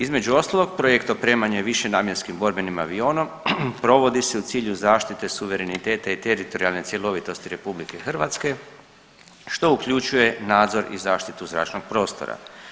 Između ostalog projekt opremanja višenamjenskim borbenim avionom provodi se u cilju zaštite suvereniteta i teritorijalne cjelovitosti RH što uključuje nadzor i zaštitu zračnog prostora.